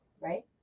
right